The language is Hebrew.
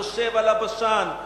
יושב על הבשן,